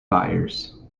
buyers